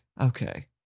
Okay